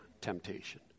temptation